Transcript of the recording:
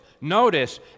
notice